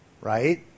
right